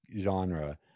genre